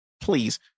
please